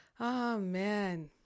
Amen